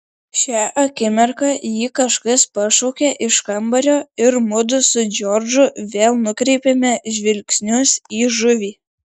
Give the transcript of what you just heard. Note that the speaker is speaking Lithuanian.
šią akimirką jį kažkas pašaukė iš kambario ir mudu su džordžu vėl nukreipėme žvilgsnius į žuvį